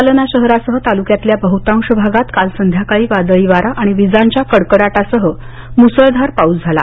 जालना शहरासह तालुक्यातल्या बहुतांश भागात काल संध्याकाळी वादळी वारा आणि विजांच्या कडकडाटासह मुसळधार पाऊस झाला